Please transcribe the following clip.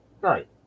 right